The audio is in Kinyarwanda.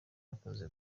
bakoze